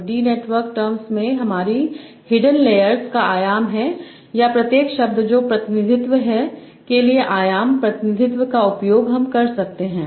तो d network terms में हमारी हिडन लेयर्स का आयाम है या प्रत्येक शब्द जो प्रतिनिधित्व है के लिए आयाम प्रतिनिधित्व का उपयोग हम करते हैं